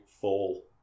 fall